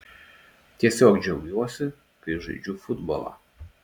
tiesiog džiaugiuosi kai žaidžiu futbolą